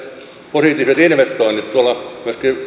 positiiviset investoinnit myöskin tuolla